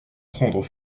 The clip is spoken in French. prendre